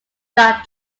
not